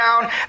down